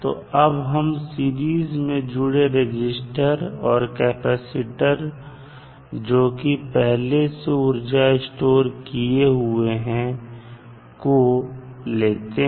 तो अब हम सीरीज में जुड़े हुए रजिस्टर और कैपेसिटर जोकि पहले से ऊर्जा स्टोर किए हुए हैं को लेते हैं